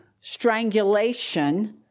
strangulation